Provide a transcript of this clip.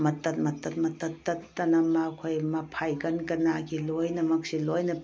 ꯃꯇꯠ ꯃꯇꯠ ꯃꯇꯠ ꯇꯠꯇꯅ ꯃꯈꯣꯏ ꯃꯐꯥꯏꯒꯟ ꯀꯅꯥꯒꯤ ꯂꯣꯏꯅꯃꯛꯁꯤ ꯂꯣꯏꯅ